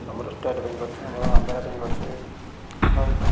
Amritsar bank ଅଛି ଆମର Andhra bank ଅଛି ଆମେ